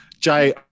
Jay